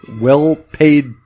well-paid